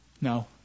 No